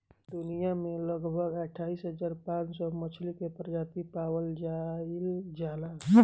दुनिया में लगभग अठाईस हज़ार पांच सौ मछली के प्रजाति पावल जाइल जाला